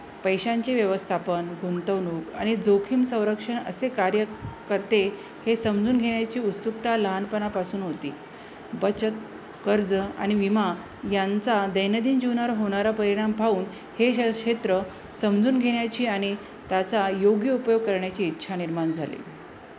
पैशांचे व्यवस्थापन गुंतवणूक आणि जोखिम संरक्षण असे कार्य करते हे समजून घेण्याची उत्सुकता लहानपणापासून होती बचत कर्ज आणि विमा यांचा दैनंदिन जीवनावर होणारा परिणाम पाहून हे श क्षेत्र समजून घेण्याची आणि त्याचा योग्य उपयोग करण्याची इच्छा निर्माण झाली